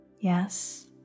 Yes